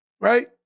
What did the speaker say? right